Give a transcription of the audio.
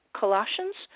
colossians